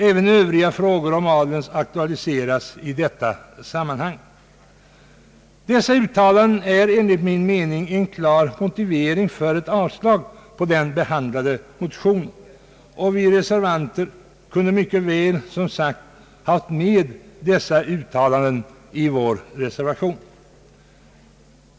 Även övriga frågor om adeln aktualiseras sannolikt i detta sammanhang.» Dessa uttalanden är enligt min mening en klar motivering för ett avslag på den behandlade motionen, och vi reservanter kunde mycket väl som sagt ha haft med dessa uttalanden i vår reservation.